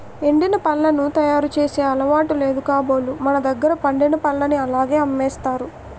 ఎండిన పళ్లను తయారు చేసే అలవాటు లేదు కాబోలు మనదగ్గర పండిన పల్లని అలాగే అమ్మేసారు